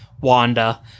wanda